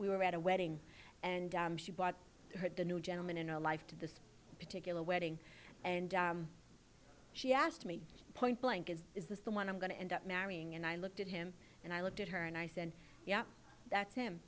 we were at a wedding and she bought a new gentleman in our life to this particular wedding and she asked me point blank is is this the one i'm going to end up marrying and i looked at him and i looked at her and i said yeah that's him